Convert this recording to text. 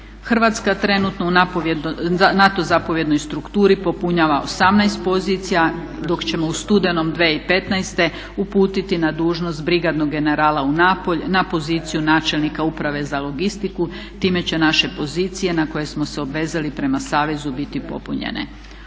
Hrvatska trenutno u NATO zapovjednoj strukturi popunjava 18 pozicija, dok ćemo u studenom 2015. uputiti na dužnost brigadnog generala u Napulj na poziciju načelnika uprave za logistiku. Time će naše pozicije na koje smo se obvezali prema savezu biti popunjene.